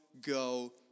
Go